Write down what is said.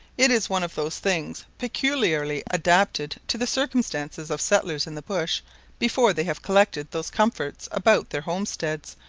it is one of those things peculiarly adapted to the circumstances of settlers in the bush before they have collected those comforts about their homesteads,